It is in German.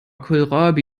kohlrabi